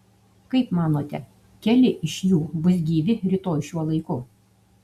kaip manote keli iš jų bus gyvi rytoj šiuo laiku